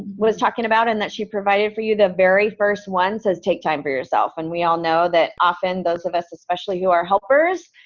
was talking about, and that she provided for you, the very first one says take time for yourself and we all know that often those of us especially who are helpers,